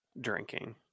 drinking